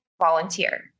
volunteer